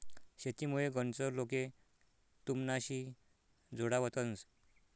शेतीमुये गनच लोके तुमनाशी जोडावतंस